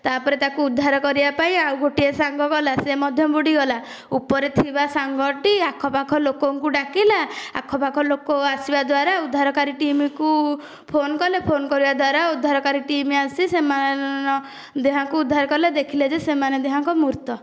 ତାପରେ ତାକୁ ଉଧାର କରିବା ପାଇଁ ଆଉ ଗୋଟିଏ ସାଙ୍ଗ ଗଲା ସେ ମଧ୍ୟ ବୁଡ଼ିଗଲା ଉପରେ ଥିବା ସାଙ୍ଗ ଟି ଆଖପାଖ ଲୋକଙ୍କୁ ଡାକିଲା ଆଖପାଖ ଲୋକ ଆସିବା ଦ୍ୱାରା ଉଧାରକାରୀ ଟିମକୁ ଫୋନ କଲେ ଫୋନ କରିବା ଦ୍ୱାରା ଉଧାରକାରୀ ଟିମ ଆସି ସେମାନ ଦୁହିଙ୍କି ଉଧାର କରିଲେ ଦେଖିଲେ ଯେ ସେମାନେ ଦୁହିଁଙ୍କ ମୃତ